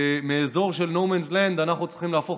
מאזור של No man's land אנחנו צריכים להפוך